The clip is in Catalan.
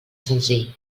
senzill